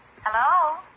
Hello